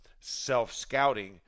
self-scouting